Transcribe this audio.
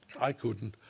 i couldn't.